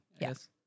Yes